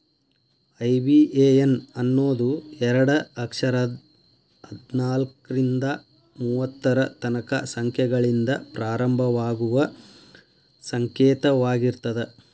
IBAN ಅನ್ನೋದು ಎರಡ ಅಕ್ಷರದ್ ಹದ್ನಾಲ್ಕ್ರಿಂದಾ ಮೂವತ್ತರ ತನಕಾ ಸಂಖ್ಯೆಗಳಿಂದ ಪ್ರಾರಂಭವಾಗುವ ಸಂಕೇತವಾಗಿರ್ತದ